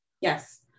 Yes